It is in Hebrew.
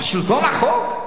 אבל שלטון החוק?